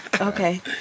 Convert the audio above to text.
okay